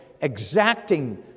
exacting